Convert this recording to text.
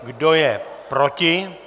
Kdo je proti?